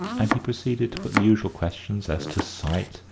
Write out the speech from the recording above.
and he proceeded to put the usual questions as to site,